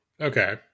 Okay